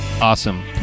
awesome